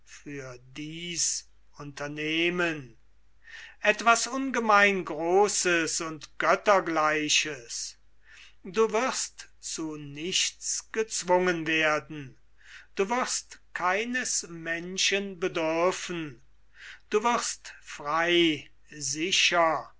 für dies unternehmen etwas ungemein großes und göttergleiches du wirst zu nichts gezwungen werden du wirst keines menschen bedürfen du wirst frei sicher